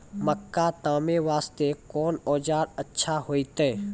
मक्का तामे वास्ते कोंन औजार अच्छा होइतै?